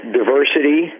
diversity